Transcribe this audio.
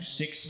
six